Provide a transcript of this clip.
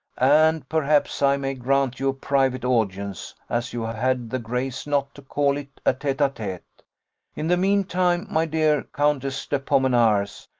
and perhaps i may grant you a private audience, as you had the grace not to call it a tete-a-tete in the mean time, my dear countess de pomenars,